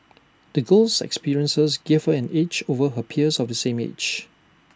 the girl's experiences gave her an edge over her peers of same age